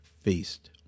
feast